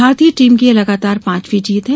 भारतीय टीम की यह लगातार पांचवी जीत है